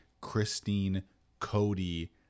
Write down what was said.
Christine-Cody